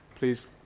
Please